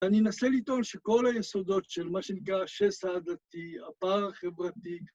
אני אנסה לטעון שכל היסודות של מה שנקרא השסע הדתי, הפער החברתי...